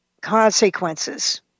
consequences